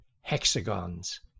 hexagons